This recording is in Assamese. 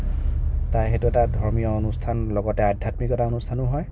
তাৰ সেইটো এটা ধৰ্মীয় অনুষ্ঠান লগতে আধ্যাত্মিকতা অনুষ্ঠানো হয়